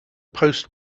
post